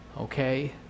Okay